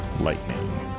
lightning